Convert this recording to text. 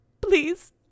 Please